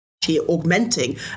Augmenting